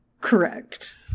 Correct